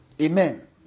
Amen